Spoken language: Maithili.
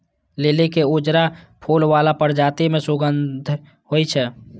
लिली के उजरा फूल बला प्रजाति मे सुगंध होइ छै